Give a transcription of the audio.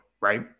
right